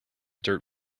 dirt